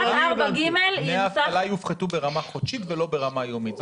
דמי האבטלה יופחתו ברמה חודשית, ולא ברמה יומית.